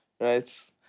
right